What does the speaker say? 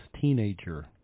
teenager